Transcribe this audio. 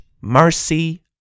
mercy